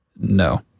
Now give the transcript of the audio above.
No